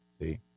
see